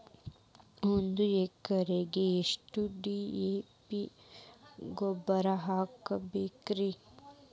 ಒಂದು ಎಕರೆಕ್ಕ ಎಷ್ಟ ಡಿ.ಎ.ಪಿ ಗೊಬ್ಬರ ಹಾಕಬೇಕ್ರಿ?